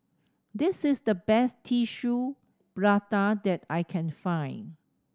this is the best Tissue Prata that I can find